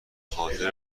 خاطر